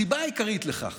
הסיבה העיקרית לכך